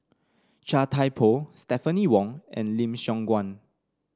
Chia Thye Poh Stephanie Wong and Lim Siong Guan